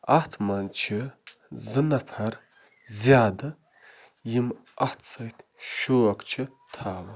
اَتھ منٛز چھِ زٕ نَفر زیادٕ یِم اَتھ سۭتۍ شوق چھِ تھاوان